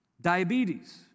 Diabetes